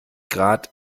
grad